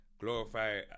glorify